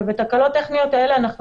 והתקלות הטכניות האלה,